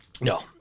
No